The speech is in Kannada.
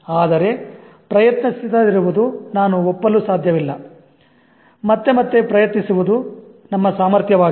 ಆದರೆ ಪ್ರಯತ್ನಿಸದಿರುವುದು ನಾನು ಒಪ್ಪಲು ಸಾಧ್ಯವಿಲ್ಲ ಮತ್ತೆ ಮತ್ತೆ ಪ್ರಯತ್ನಿಸುವುದು ನಮ್ಮ ಸಾಮರ್ಥ್ಯವಾಗಿದೆ